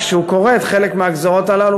כשהוא קורא חלק מהגזירות האלה,